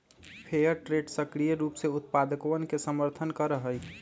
fair trade सक्रिय रूप से उत्पादकवन के समर्थन करा हई